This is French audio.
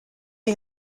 est